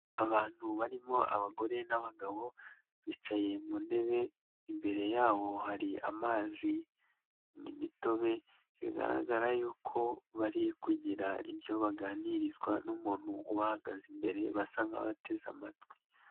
Abantu barimo abagore n'abagabo bicaye mu ntebe, imbere yabo hari amazi n'imitobe bigaragara yuko bari kugira ibyo baganirizwa n'umuntu ubahagaze imbere basa nk'abateze amatwi.